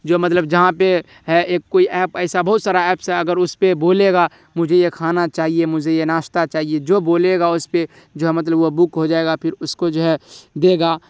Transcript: جو مطلب جہاں پہ ہے ایک کوئی ایپ ایسا بہت سارا ایپس ہے اگر اس پہ بولے گا مجھے یہ کھانا چاہیے مجھے یہ ناشتہ چاہیے جو بولے گا اس پہ جو ہے مطلب وہ بک ہو جائے گا پھر اس کو جو ہے دے گا